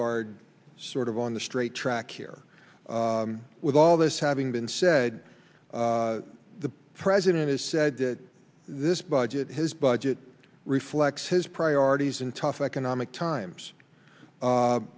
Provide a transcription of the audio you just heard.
guard sort of on the straight track here with all this having been said the president has said that this budget his budget reflects his priorities in tough economic times